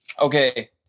Okay